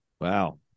Wow